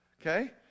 okay